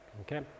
okay